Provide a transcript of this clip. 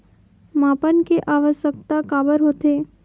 मापन के आवश्कता काबर होथे?